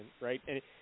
right